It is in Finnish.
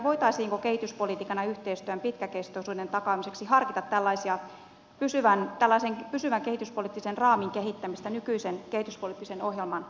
voitaisiinko kehityspolitiikan ja yhteistyön pitkäkestoisuuden takaamiseksi harkita tällaisen pysyvän kehityspoliittisen raamin kehittämistä nykyisen kehityspoliittisen ohjelman pohjaksi